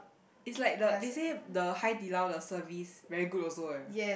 it's like the they say the Hai-Di-Lao the service very good also eh